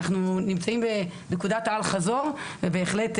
אנחנו נמצאים בנקודת האל חזור ובהחלט,